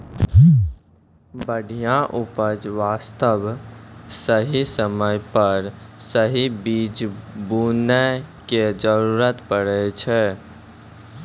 बढ़िया उपज वास्तॅ सही समय पर सही बीज बूनै के जरूरत पड़ै छै